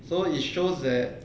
so it shows that